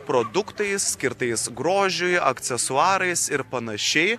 produktais skirtais grožiui aksesuarais ir panašiai